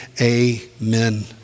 amen